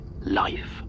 life